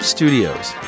Studios